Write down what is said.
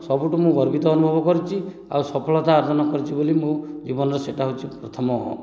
ସବୁଠୁ ମୁଁ ଗର୍ବିତ ଅନୁଭବ କରିଛି ଆଉ ସଫଳତା ଅର୍ଜନ କରିଛି ବୋଲି ମୁଁ ଜୀବନର ସେଇଟା ହେଉଛି ପ୍ରଥମ